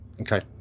Okay